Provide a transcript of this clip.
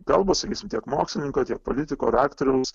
kalbos tiek mokslininko tiek politiko ar aktoriaus